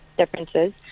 differences